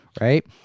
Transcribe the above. right